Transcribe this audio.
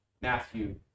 Matthew